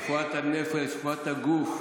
רפואת הנפש, רפואת הגוף.